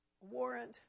warrant